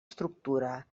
estructura